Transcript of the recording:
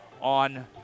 on